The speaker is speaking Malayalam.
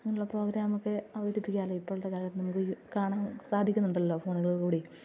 അങ്ങനെയുള്ള പ്രോഗ്രാമൊക്കെ അവതരിപ്പിക്കാമല്ലോ ഇപ്പോഴത്തെക്കാലത്ത് നമുക്ക് കാണാന് സാധിക്കുന്നുണ്ടല്ലോ ഫോണിൽക്കൂടി